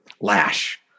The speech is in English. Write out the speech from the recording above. Lash